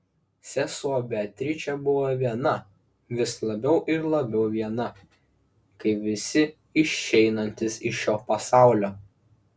sesuo beatričė buvo viena vis labiau ir labiau viena kaip visi išeinantys iš šio pasaulio